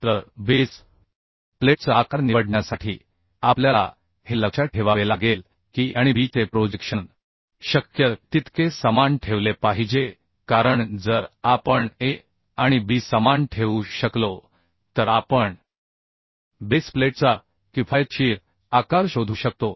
तर बेस प्लेटचा आकार निवडण्यासाठी आपल्याला हे लक्षात ठेवावे लागेल की a आणि b चे प्रोजेक्शन शक्य तितके समान ठेवले पाहिजे कारण जर आपण a आणि b समान ठेवू शकलो तर आपण बेस प्लेटचा किफायतशीर आकार शोधू शकतो